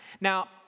Now